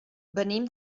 venim